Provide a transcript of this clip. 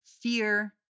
fear